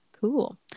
Cool